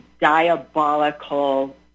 diabolical